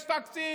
יש תקציב,